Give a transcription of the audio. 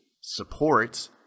support